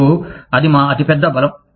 మరియు అది మా అతిపెద్ద బలం